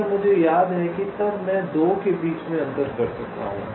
अगर मुझे याद है कि तब मैं 2 के बीच अंतर कर सकता हूं